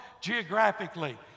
geographically